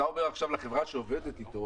אתה אומר עכשיו לחברה שעובדת איתו